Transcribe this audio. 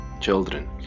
children